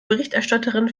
berichterstatterin